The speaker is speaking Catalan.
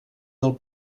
del